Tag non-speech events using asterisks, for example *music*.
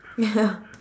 ya *laughs*